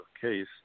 case